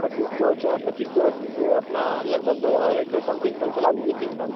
पच्चीस सौ छ पच्चीस सौ रख दीजिए अपना लगभग दो एक दो साल तीन साल चला लीजिए तीन साल